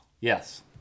Yes